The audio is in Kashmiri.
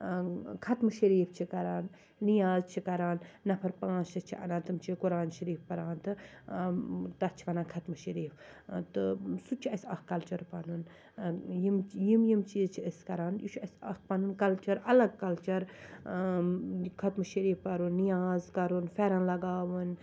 ختمہٕ شریٖف چھِ کَران نیاز چھِ کَران نَفَر پانٛژھ شےٚ چھِ اَنان تِم چھِ قرآن شریٖف پَران تَتھ چھِ وَنان خَتمہٕ شریٖف تہٕ سُہ تہِ چھُ اَسہِ اکھ کَلچَر پَنُن یِم یِم یِم چیٖز چھِ أسۍ کَران یہِ چھُ اَسہِ اکھ پَنُن کَلچَر اَلَگ کَلچَر ختمہٕ شریٖف پَرُن نِیاز کَرُن پھیٚرَن لَگاوُن